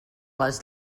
les